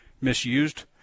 misused